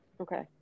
Okay